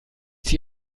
sie